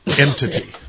entity